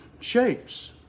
shapes